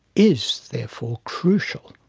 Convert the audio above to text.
is therefore crucial.